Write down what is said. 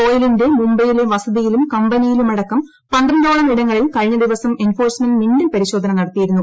ഗോയലിന്റെ മുംബൈയിലെ വസതിയിലും കമ്പനിയിലുമടക്കം പന്ത്ര ാളം ഇടങ്ങളിൽ കഴിഞ്ഞ ദിവസം എൻഫോഴ്സ്മെന്റ് മിന്നൽ പരിശോധന നടത്തിയിരുന്നു